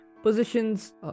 positions